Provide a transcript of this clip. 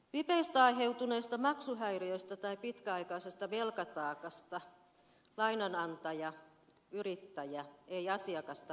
vipeistä aiheutuneista maksuhäiriöistä tai pitkäaikaisesta velkataakasta lainanantaja yrittäjä ei asiakasta varoittele